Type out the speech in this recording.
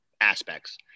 aspects